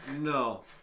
No